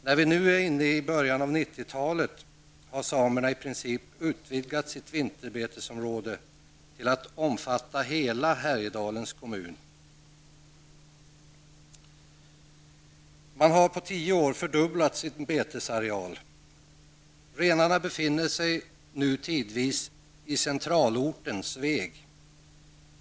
När vi nu är inne i början av 90-talet har samerna i princip utvidgat sitt vinterbetesområde till att omfatta hela Man har på tio år fördubblat sin betesareal. Renarna befinner sig nu tidvis i centralorten, Sveg.